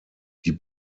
die